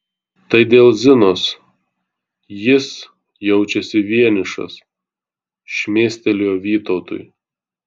tai dėl zinos jis jaučiasi vienišas šmėstelėjo vytautui